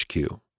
HQ